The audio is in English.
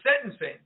sentencing